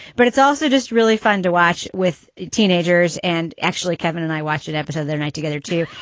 but it's also just really fun to watch with teenagers. and actually, kevin and i watched it episode that night together, too.